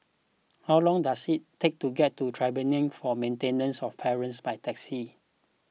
how long does it take to get to Tribunal for Maintenance of Parents by taxi